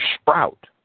sprout